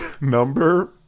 number